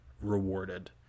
rewarded